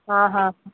ಹಾಂ ಹಾಂ